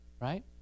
right